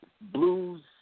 blues